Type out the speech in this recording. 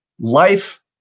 life